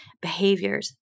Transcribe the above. behaviors